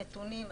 הנתונים,